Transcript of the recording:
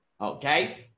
okay